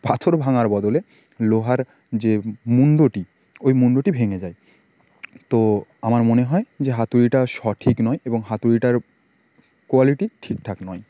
পাথর ভাঙার বদলে লোহার যে মুণ্ডটি ওই মুণ্ডটি ভেঙে যায় তো আমার মনে হয় যে হাতুড়িটা সঠিক নয় এবং হাতুড়িটার কোয়ালিটি ঠিকঠাক নয়